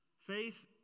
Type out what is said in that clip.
Faith